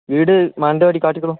വീട് മാന്തവാടി കാട്ടിക്കുളം